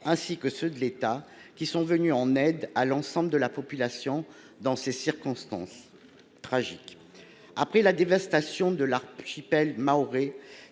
ainsi que de l’État, qui sont venus en aide à l’ensemble de la population dans ces circonstances tragiques. Après la dévastation de l’archipel mahorais,